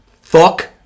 Fuck